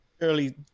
early